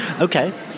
Okay